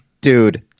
Dude